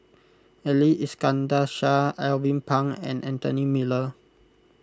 Ali Iskandar Shah Alvin Pang and Anthony Miller